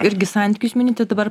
irgi santykius minite dabar